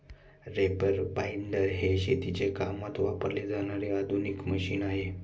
reaper binder हे शेतीच्या कामात वापरले जाणारे आधुनिक मशीन आहे